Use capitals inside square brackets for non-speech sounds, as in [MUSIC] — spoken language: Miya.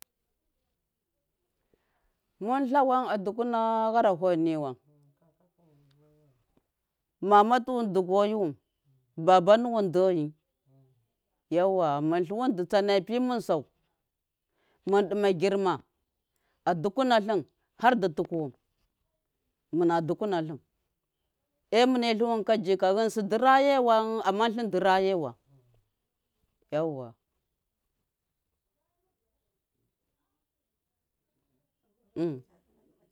Mɨn tlawan adukuna gharaho niwam [NOISE] mama tuwɨn du goyiwɨm baba nuwɨn deyi yauwa mɨn tluwɨn dɨ tsana pi mɨn sau mɨn ɗɨma girma a dukuna tlɨm har dɨ tɨkɨwɨn mɨna dukunatlɨn, e mɨne tluwɨn ka jika ghɨnsɨ dɨrayewan ama tlɨn dɨ rayewan, yauwa, hmm.